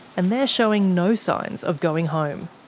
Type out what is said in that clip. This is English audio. and they're showing no signs of going home.